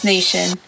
Nation